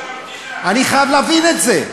עוכר המדינה.